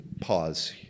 pause